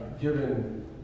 given